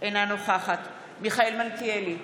אינה נוכחת מיכאל מלכיאלי,